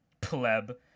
Pleb